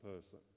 person